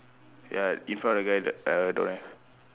ya in front of the guy that uh don't have